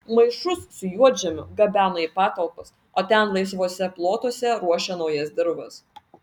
maišus su juodžemiu gabeno į patalpas o ten laisvuose plotuose ruošė naujas dirvas